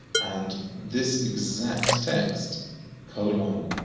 and this exact text colon,